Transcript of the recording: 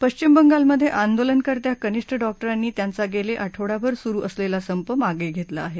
पश्विम बंगालमधे आंदोलनकर्त्या कनिष्ट डॉक्टरांनी त्यांचा गेले आठवडाभर सुरु असलेला संप मागं घेतला आहे